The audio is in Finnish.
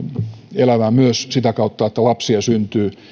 elämää myös sitä kautta että lapsia syntyy